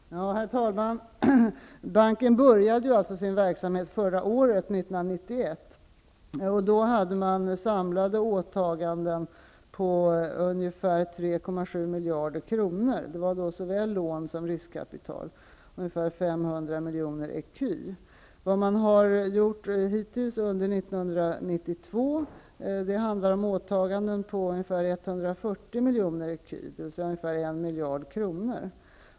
Herr talman! Banken började sin verksamhet förra året, dvs. 1991. Då hade man samlade åtaganden för ca 3,7 miljarder kronor. Det var fråga om såväl lån som riskkapital på ungefär 500 miljoner ecu. Hittills under 1992 har det handlat om åtaganden för ca 140 miljoner ecu, dvs. 1 miljard svenska kronor.